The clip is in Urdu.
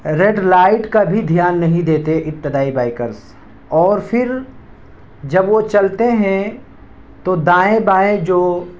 ریڈ لائٹ کا بھی دھیان نہیں دیتے ابتدائی بائکرز اور پھر جب وہ چلتے ہیں تو دائیں بائیں جو